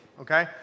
okay